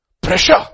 pressure